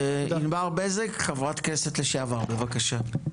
ענבר בזק חברת כנסת לשעבר בבקשה.